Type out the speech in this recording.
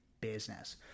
business